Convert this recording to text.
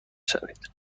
شوید